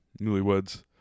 Newlyweds